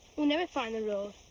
we'll never find the road.